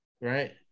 right